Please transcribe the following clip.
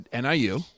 NIU